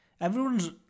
Everyone's